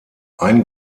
ein